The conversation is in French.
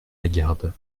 lagarde